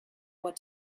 what